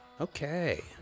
Okay